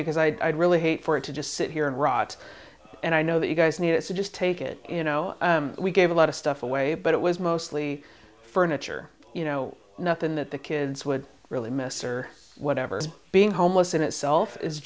because i'd really hate for it to just sit here and rot and i know that you guys need it so just take it you know we gave a lot of stuff away but it was mostly furniture you know nothing that the kids would really miss or whatever being homeless in itself is